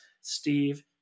Steve